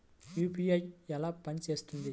UPI ఎలా పనిచేస్తుంది?